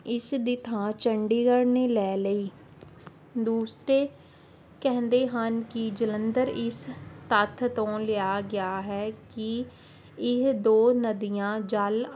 ਇਸ ਦੀ ਥਾਂ ਚੰਡੀਗੜ੍ਹ ਨੇ ਲੈ ਲਈ ਦੂਸਰੇ ਕਹਿੰਦੇ ਹਨ ਕਿ ਜਲੰਧਰ ਇਸ ਤੱਥ ਤੋਂ ਲਿਆ ਗਿਆ ਹੈ ਕਿ ਇਹ ਦੋ ਨਦੀਆਂ ਜਲ